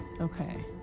Okay